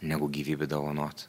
negu gyvybę dovanot